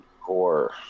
core